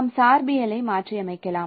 நாம் சார்பியலை மாற்றியமைக்கலாம்